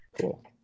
Cool